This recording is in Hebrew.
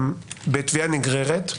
שתובעת בתביעה נגררת?